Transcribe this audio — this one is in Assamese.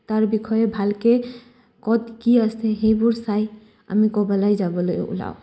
তাৰ বিষয়ে ভালকে ক'ত কি আছে সেইবোৰ চাই আমি ক'বালাই যাবলৈ ওলাওঁ